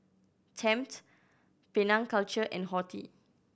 Tempt Penang Culture and Horti